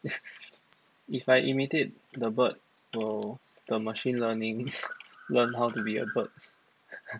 if if I imitate the bird will the machine learning learn how to be a bird